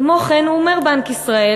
כמו כן אומר בנק ישראל,